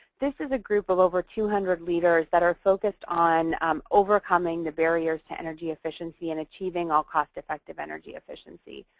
this is a group of over two hundred leaders that are focused on um overcoming the barriers to energy efficiency and achieving all cost-effective energy efficiency.